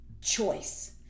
choice